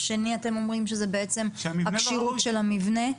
דבר השני אתם אמרים שזה בעצם הכשירות של המבנה.